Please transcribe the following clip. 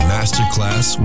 Masterclass